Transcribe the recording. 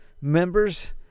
members